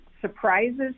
Surprises